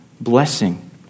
blessing